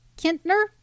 Kintner